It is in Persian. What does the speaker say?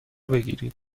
بگیرید